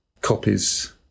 copies